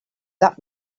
what